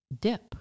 dip